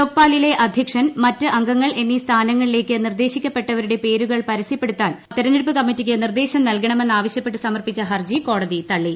ലോക്പാലിലെ അദ്ധ്യക്ഷൻ മറ്റ് അംഗങ്ങൾ എന്നീ സ്ഥാനങ്ങളിലേക്ക് നിർദ്ദേശിക്കപ്പെട്ടവരുടെ പേരുകൾ പരസ്യപ്പെടുത്താൻ തെരഞ്ഞെടുപ്പ് കമ്മിറ്റിക്ക് നിർദ്ദേശം നൽകണമെന്ന് ആവശ്യപ്പെട്ട് സമർപ്പിച്ച ഹർജി കോടതി തള്ളി